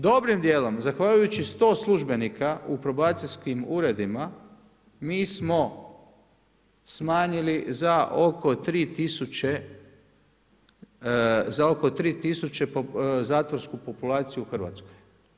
Dobrim djelom, zahvaljujući 100 službenika u probacijskim uredima, mi smo smanjili za oko 3000 zatvorsku populaciju u Hrvatskoj.